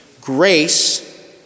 Grace